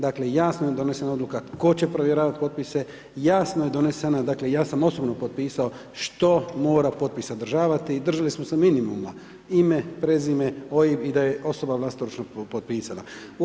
Dakle, jasno je donesena odluka tko će provjeravati potpise, jasno je donesena, dakle, ja sam osobno potpisao što mora potpis sadržavati i držali smo se minimuma, ime, prezime, OIB i da je osoba vlastoručno potpisala.